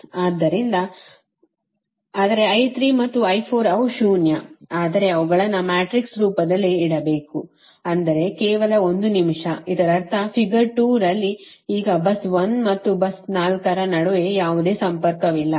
ಆದ್ದರಿಂದ ಆದರೆ I3 ಮತ್ತು I4 ಅವು ಶೂನ್ಯ ಆದರೆ ಅವುಗಳನ್ನು ಮ್ಯಾಟ್ರಿಕ್ಸ್ ರೂಪದಲ್ಲಿ ಇಡಬೇಕು ಅಂದರೆ ಕೇವಲ ಒಂದು ನಿಮಿಷ ಇದರರ್ಥ ಫಿಗರ್ 2ರಲ್ಲಿ ಈಗ ಬಸ್ 1 ಮತ್ತು ಬಸ್ 4 ರ ನಡುವೆ ಯಾವುದೇ ಸಂಪರ್ಕವಿಲ್ಲ